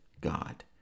God